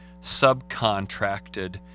subcontracted